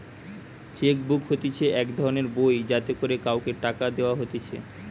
check book হতিছে এক ধরণের বই যাতে করে কাওকে টাকা দেওয়া হতিছে